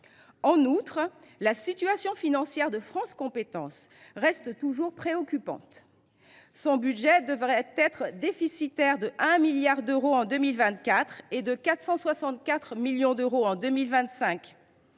En outre, la situation financière de France Compétences reste préoccupante. Son budget devrait être déficitaire de 1 milliard d’euros en 2024 et de 464 millions d’euros en 2025.